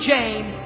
Jane